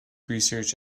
research